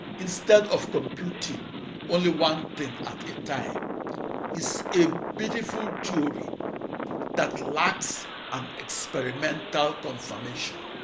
instead of computing only one thing at a time is a beautiful theory that lacks an experimental confirmation.